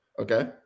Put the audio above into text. Okay